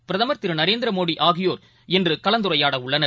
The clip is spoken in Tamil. பிரதமர் திருநரேந்திரமோடிஆகியோர்இன்றுகலந்துரையாடவுள்ளனர்